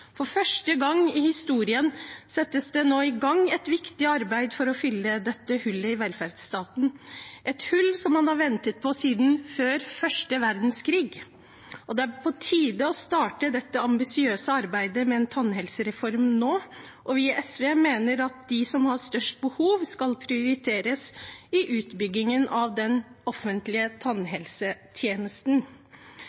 For første gang i historien settes det nå i gang et viktig arbeid for å fylle dette hullet i velferdsstaten, noe man har ventet på siden før første verdenskrig. Det er på tide å starte dette ambisiøse arbeidet med en tannhelsereform nå, og vi i SV mener at de som har størst behov, skal prioriteres i utbyggingen av den offentlige